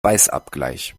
weißabgleich